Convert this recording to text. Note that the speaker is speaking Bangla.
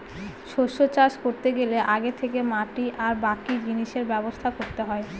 শস্য চাষ করতে গেলে আগে থেকে মাটি আর বাকি জিনিসের ব্যবস্থা করতে হয়